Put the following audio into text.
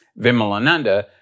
Vimalananda